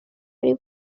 দিব